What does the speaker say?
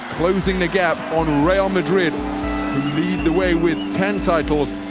closing the gap on real madrid, who lead the way with ten titles.